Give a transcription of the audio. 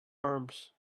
arms